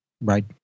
right